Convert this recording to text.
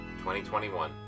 2021